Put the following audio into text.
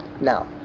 Now